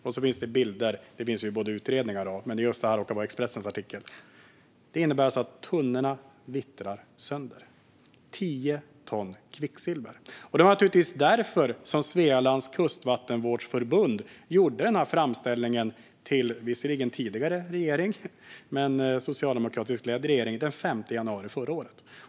Och så fanns det bilder - det finns det ju även i utredningar och annat, men just detta råkade vara Expressens artikel. Tunnorna, med tio ton kvicksilver, vittrar alltså sönder. Det var naturligtvis därför som Svealands Kustvattenvårdsförbund gjorde denna framställning till den tidigare, socialdemokratiskt ledda regeringen den 5 januari förra året.